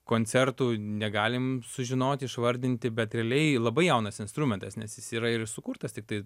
koncertų negalim sužinoti išvardinti bet realiai labai jaunas instrumentas nes jis yra ir sukurtas tiktai